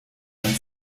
ein